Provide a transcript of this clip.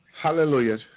hallelujah